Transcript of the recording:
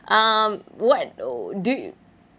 um what or do you